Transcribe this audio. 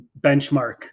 benchmark